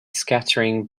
scattering